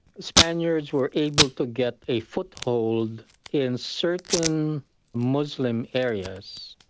spaniards were able to get a foothold in certain muslim areas,